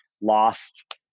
lost